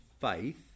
faith